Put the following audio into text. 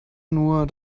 nur